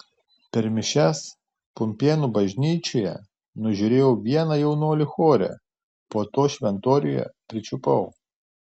per mišias pumpėnų bažnyčioje nužiūrėjau vieną jaunuolį chore po to šventoriuje pričiupau